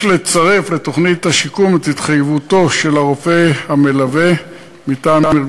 יש לצרף לתוכנית השיקום את התחייבותו של הרופא המלווה מטעם ארגון